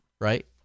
right